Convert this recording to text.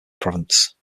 province